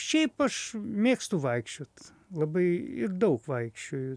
šiaip aš mėgstu vaikščiot labai daug vaikščioju